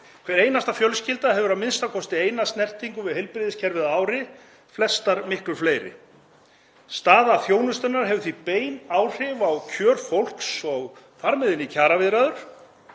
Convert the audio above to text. Hver einasta fjölskylda hefur a.m.k. eina snertingu við heilbrigðiskerfið á ári, flestar miklu fleiri. Staða þjónustunnar hefur því bein áhrif á kjör fólks og þar með inn í kjaraviðræður,